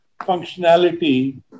functionality